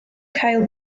cael